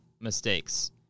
mistakes